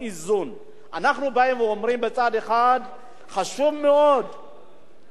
אנחנו באים ואומרים: מצד אחד חשוב שהמדינה תגבה מסים,